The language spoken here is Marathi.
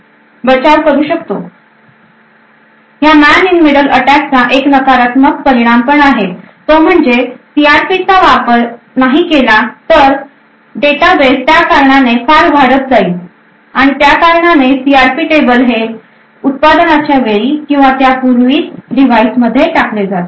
एक नकारात्मक परिणाम पण आहे या मेन इंन मिडल अटॅक चा तो म्हणजे सीआरपी चा वापर नाही केला तर डेटाबेस त्या कारणाने फार वाढत जाईल त्या कारणाने सीआरपी टेबल हे उत्पादनाच्या वेळी किंवा त्यापूर्वी डिव्हाइस मध्ये टाकले जातात